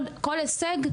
כל הישג,